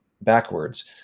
backwards